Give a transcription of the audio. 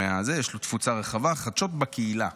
יש לו תפוצה רחבה, חדשות בקהילה.